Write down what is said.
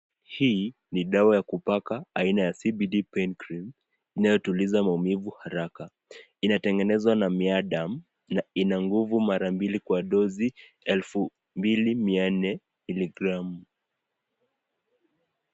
Hii ni dawa ya kupaka aina ya CBD pain cream inayotuliza maumivu haraka. Inatengenezwa na myaderm na ina nguvu mara mbili kwa dozi 2400miligramu.